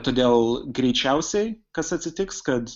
todėl greičiausiai kas atsitiks kad